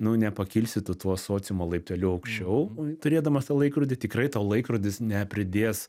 nu ne pakilsi tu tuos sociumo laipteliu aukščiau turėdamas tą laikrodį tikrai tau laikrodis nepridės